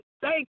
thank